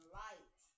light